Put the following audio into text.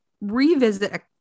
revisit